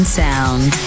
sound